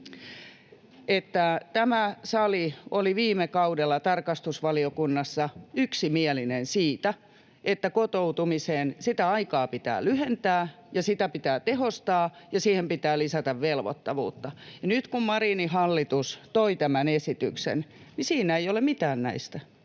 tämä sali oli viime kaudella tarkastusvaliokunnassa yksimielinen siitä, että kotoutumisen aikaa pitää lyhentää, sitä pitää tehostaa ja siihen pitää lisätä velvoittavuutta. Nyt kun Marinin hallitus toi tämän esityksen, niin siinä ei ole mitään näistä,